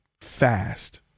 fast